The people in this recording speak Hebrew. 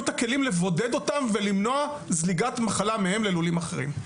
את הכלים לבודד אותם ולמנוע זליגת מחלה מהם ללולים אחרים.